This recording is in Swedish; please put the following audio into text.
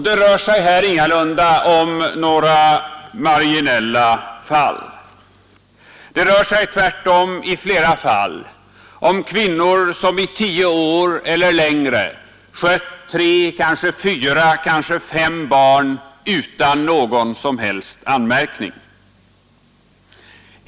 Det rör sig här ingalunda om några marginella fall — det rör sig tvärtom i flera fall om kvinnor som i tio år eller längre har skött tre, kanske fyra, kanske fem barn utan någon som helst anmärkning.